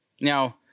Now